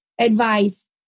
advice